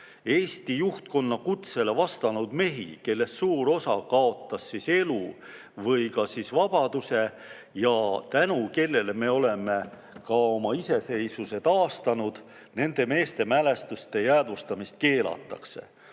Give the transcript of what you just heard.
Eesti juhtkonna kutsele vastanud mehed, kellest suur osa kaotas elu või vabaduse ja tänu kellele me oleme oma iseseisvuse taastanud – nende mälestuse jäädvustamist keelatakse. Anno